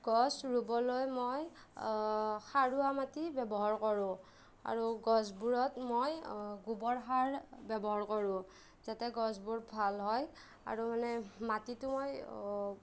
গছ ৰুবলৈ মই সাৰুৱা মাটি ব্যৱহাৰ কৰোঁ আৰু গছবোৰত মই গোবৰ সাৰ ব্যৱহাৰ কৰোঁ যাতে গছবোৰ ভাল হয় আৰু মানে মাটিটো মই